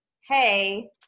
hey